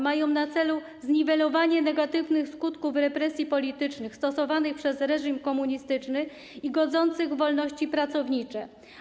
Mają one na celu zniwelowanie negatywnych skutków represji politycznych stosowanych przez reżim komunistyczny i godzących w wolności pracownicze.